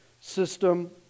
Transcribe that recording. system